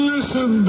Listen